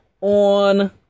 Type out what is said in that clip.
on